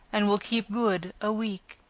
and will keep good a week.